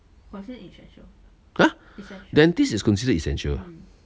ah dentist is considered essential uh